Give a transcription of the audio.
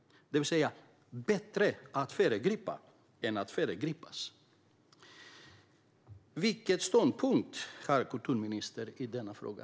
Det är bättre att föregripa än att föregripas. Vilken ståndpunkt har kulturministern i denna fråga?